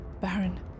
Baron